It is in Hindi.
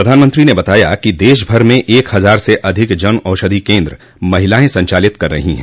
प्रधानमंत्री ने बताया कि देश भर में एक हजार से अधिक जन औषधि केन्द्र महिलाएं संचालित कर रही हैं